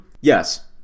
Yes